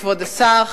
כבוד השר,